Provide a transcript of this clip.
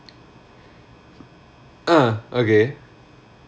uh okay